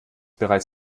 bereits